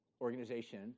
organization